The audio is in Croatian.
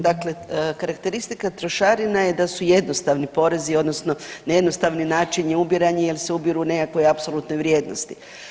Dakle, karakteristika trošarina je da su jednostavni porezi, odnosno na jednostavni način ubirani jer se ubiru u nekakvoj apsolutnoj vrijednosti.